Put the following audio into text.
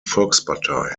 volkspartei